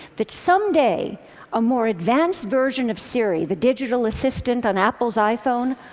that some day a more advanced version of siri, the digital assistant on apple's iphone,